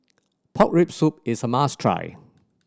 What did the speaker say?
pork rib soup is a must try